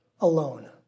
alone